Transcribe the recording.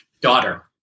daughter